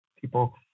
people